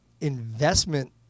investment